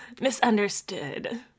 Misunderstood